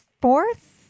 fourth